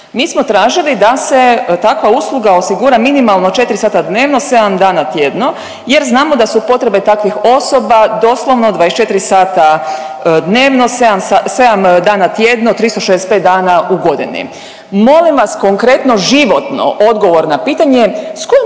Mi smo tražili da se takva usluga osigura minimalno 4 sata dnevno 7 dana tjedno jer znamo da su potrebe takvih osoba doslovno 24 sata dnevno 7 sa…, 7 dana tjedno, 365 dana u godini. Molim vas konkretno životno odgovor na pitanje, s kojom